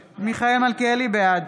מלכיאלי, בעד